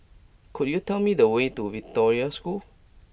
could you tell me the way to Victoria School